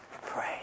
pray